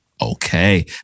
okay